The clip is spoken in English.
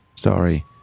Sorry